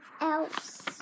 else